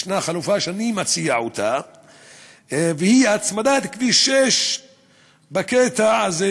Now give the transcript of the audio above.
שאני מציע, והיא הצמדת כביש 6 בקטע הזה